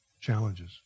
challenges